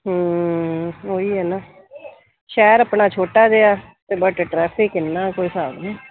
ਉਹੀ ਹੈ ਨਾ ਸ਼ਹਿਰ ਆਪਣਾ ਛੋਟਾ ਜਿਹਾ ਅਤੇ ਬਟ ਟਰੈਫਿਕ ਇੰਨਾ ਕੋਈ ਹਿਸਾਬ ਨਹੀਂ